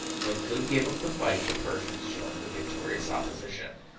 when good gave up the fight the persians joined the victorious opposition.